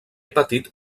patit